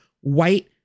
white